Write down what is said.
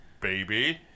baby